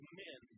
men